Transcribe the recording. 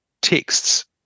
texts